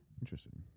interesting